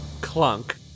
clunk